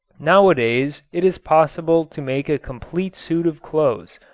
nowadays it is possible to make a complete suit of clothes,